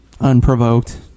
unprovoked